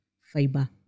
fiber